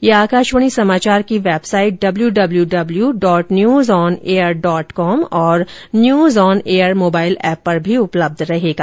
यह आकाशवाणी समाचार की website W W W dot news on air dot com तथा news on air mobile app पर भी उपलब्ध रहेगा